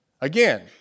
Again